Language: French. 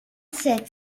sept